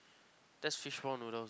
that's fishball noodles